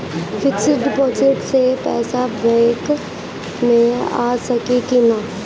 Fix deposit से पैसा bank मे आ सकी कि ना?